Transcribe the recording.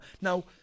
Now